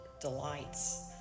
delights